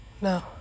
No